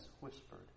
whispered